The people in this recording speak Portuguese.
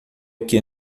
que